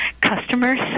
customers